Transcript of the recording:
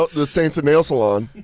the saints of nail salon.